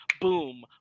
boom